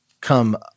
come